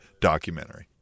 documentary